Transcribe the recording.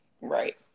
Right